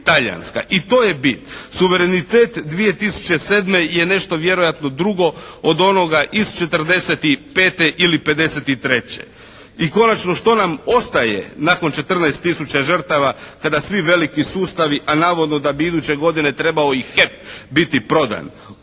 i to je bit. Suverenitet 2007. je nešto vjerojatno drugo od onoga iz '45. ili '53. I konačno, što nam ostaje nakon 14 tisuća žrtava kada svi veliki sustavi a navodno da bi iduće godine trebao i HEP biti prodan.